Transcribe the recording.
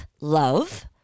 Love